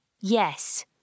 Yes